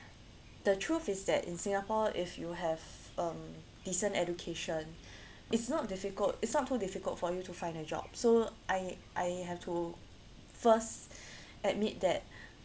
the truth is that in singapore if you have um decent education it's not difficult it's not too difficult for you to find a job so I I have to first admit that